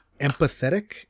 empathetic